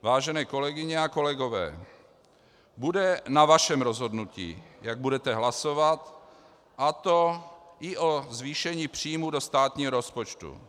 Vážené kolegyně a kolegové, bude na vašem rozhodnutí, jak budete hlasovat, a to i o zvýšení příjmů do státního rozpočtu.